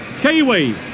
Kiwi